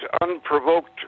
unprovoked